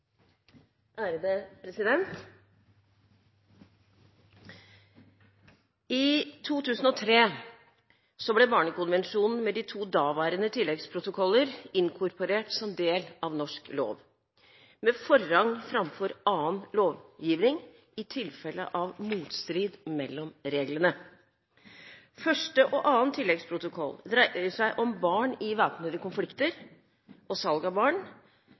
I 2003 ble Barnekonvensjonen med de to daværende tilleggsprotokoller inkorporert som del av norsk lov, med forrang framfor annen lovgivning i tilfelle av motstrid mellom reglene. Første og annen tilleggsprotokoll dreier seg om barn i væpnede konflikter og salg av barn